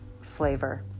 flavor